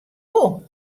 wol